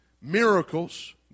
Miracles